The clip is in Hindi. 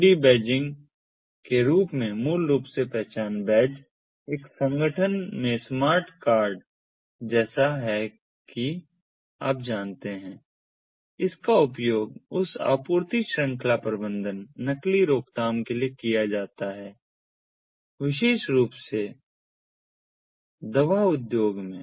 आईडी बैजिंग के रूप में मूल रूप से पहचान बैज एक संगठन में स्मार्ट कार्ड जैसा कि आप जानते हैं इसका उपयोग उस आपूर्ति श्रृंखला प्रबंधन नकली रोकथाम के लिए किया जाता है विशेष रूप से दवा उद्योग में